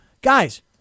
Guys